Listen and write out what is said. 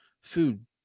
food